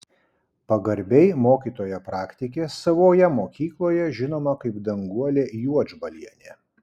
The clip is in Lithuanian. pagarbiai mokytoja praktikė savoje mokykloje žinoma kaip danguolė juodžbalienė